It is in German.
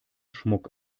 schmuck